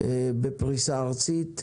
בפריסה ארצית ואזורית,